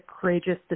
courageous